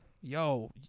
yo